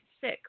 sick